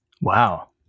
Wow